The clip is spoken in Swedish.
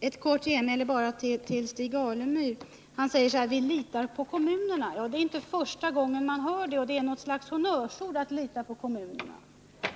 Herr talman! Bara ett kort genmäle till Stig Alemyr. Han sade att vi litar på kommunerna. Det är inte första gången man hör detta, det är ett slags honnörsord att säga att man litar på kommunerna.